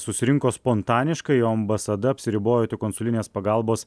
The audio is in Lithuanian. susirinko spontaniškai o ambasada apsiribojo tik konsulinės pagalbos